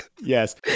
Yes